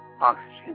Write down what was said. oxygen